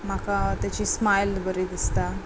म्हाका ताची स्मायल बरी दिसता